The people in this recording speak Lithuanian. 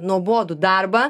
nuobodų darbą